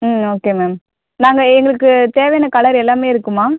ம் okay ma'am நாங்கள் எங்களுக்கு தேவையான கலர் எல்லாமே இருக்குமா